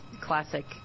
classic